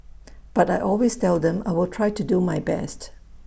but I always tell them I will try to do my best